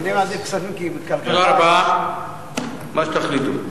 אני מעדיף כספים, כי בכלכלה, מה שתחליטו.